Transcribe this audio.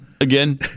again